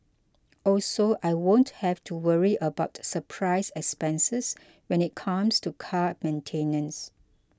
also I won't have to worry about surprise expenses when it comes to car maintenance